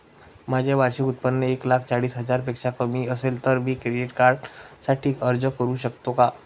माझे वार्षिक उत्त्पन्न एक लाख चाळीस हजार पेक्षा कमी असेल तर मी क्रेडिट कार्डसाठी अर्ज करु शकतो का?